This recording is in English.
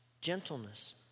gentleness